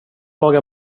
lagar